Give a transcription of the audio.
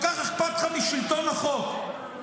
כל כך אכפת לך משלטון החוק,